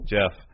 Jeff